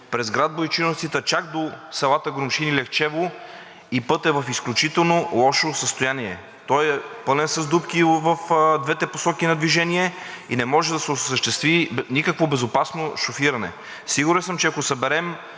през град Бойчиновци, та чак до селата Громшин и Лехчево, и пътят е в изключително лошо състояние. Той е пълен с дупки в двете посоки на движение и не може да се осъществи никакво безопасно шофиране. Сигурен съм, че ако съберем